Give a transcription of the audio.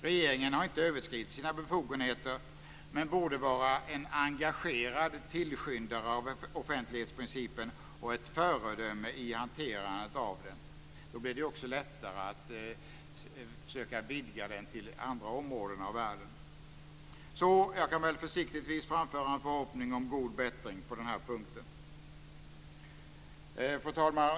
Regeringen har inte överskridit sina befogenheter, men borde vara en engagerad tillskyndare av offentlighetsprincipen och ett föredöme i hanterandet av den. Då blir det lättare att söka vidga den till andra områden i världen. Så jag kan väl försiktigtvis framföra en förhoppning om god bättring på den punkten. Fru talman!